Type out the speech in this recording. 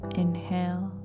inhale